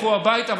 לכו הביתה,